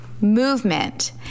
movement